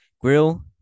Grill